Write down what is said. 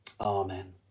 Amen